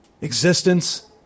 existence